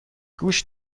گوشت